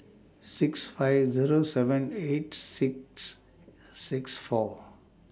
six five Zero seven eight six six four